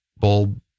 bulb